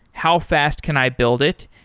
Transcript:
how fast can i build it?